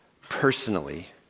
personally